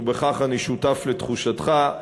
ובכך אני שותף לתחושתך,